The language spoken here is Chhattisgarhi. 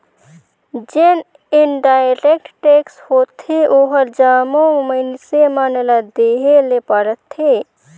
जेन इनडायरेक्ट टेक्स होथे ओहर जम्मो मइनसे मन ल देहे ले परथे